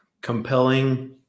compelling